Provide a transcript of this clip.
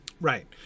Right